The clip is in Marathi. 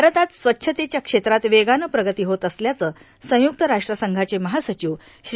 भारतात स्वच्छतेच्या क्षेत्रात वेगानं प्रगती होत असल्याचं संयुक्त राष्ट्रसंघाचे महासचिव श्री